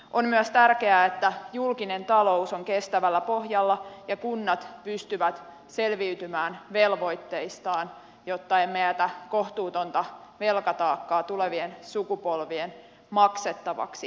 on myös tärkeää että julkinen talous on kestävällä pohjalla ja kunnat pystyvät selviytymään velvoitteistaan jotta emme jätä kohtuutonta velkataakkaa tulevien sukupolvien maksettavaksi